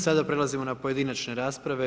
Sada prelazimo na pojedinačne rasprave.